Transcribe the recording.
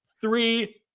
Three